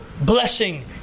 blessing